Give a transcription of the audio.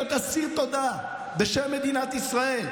להיות אסיר תודה בשם מדינת ישראל,